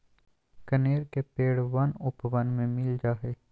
कनेर के पेड़ वन उपवन में मिल जा हई